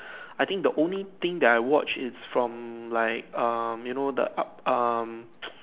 I think the only thing that I watch is from like um you know the up um